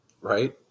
Right